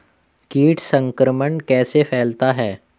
कीट संक्रमण कैसे फैलता है?